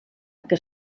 que